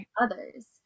others